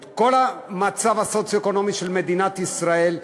את כל המצב הסוציו-אקונומי של מדינת ישראל,